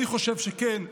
אני חושב שכן,